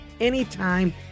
anytime